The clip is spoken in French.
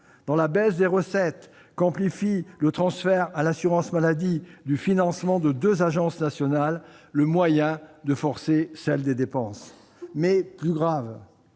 dans la baisse des recettes, qu'amplifie le transfert du financement de deux agences nationales, le moyen de forcer celle des dépenses ? Plus grave